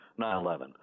9-11